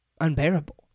unbearable